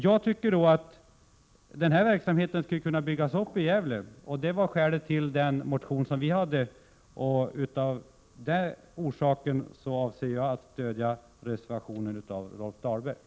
Jag anser att den aktuella verksamheten borde kunna byggas upp i Gävle, och det var skälet till vår motion. Av den orsaken avser jag att stödja reservationen av Rolf Dahlberg.